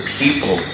people